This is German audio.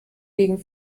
gegen